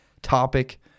topic